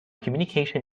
communication